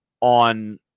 on